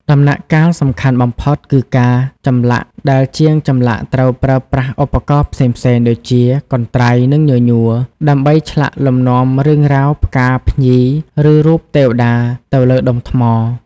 ដំណាក់កាលសំខាន់បំផុតគឺការចម្លាក់ ដែលជាងចម្លាក់ត្រូវប្រើប្រាស់ឧបករណ៍ផ្សេងៗដូចជា កន្ត្រៃ និងញញួរ ដើម្បីឆ្លាក់លំនាំរឿងរ៉ាវ ផ្កា ភ្ញី ឬរូបទេវតាទៅលើដុំថ្ម។